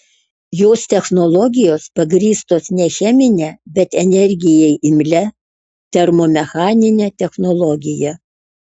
jos technologijos pagrįstos ne chemine bet energijai imlia termomechanine technologija